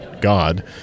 God